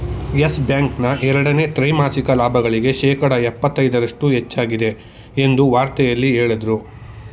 Yes Bank ನ ಎರಡನೇ ತ್ರೈಮಾಸಿಕ ಲಾಭಗಳಿಗೆ ಶೇಕಡ ಎಪ್ಪತೈದರಷ್ಟು ಹೆಚ್ಚಾಗಿದೆ ಎಂದು ವಾರ್ತೆಯಲ್ಲಿ ಹೇಳದ್ರು